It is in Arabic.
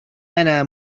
أنا